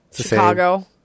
Chicago